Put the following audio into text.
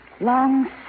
long